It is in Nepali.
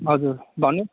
हजुर भन्नुहोस्